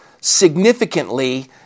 significantly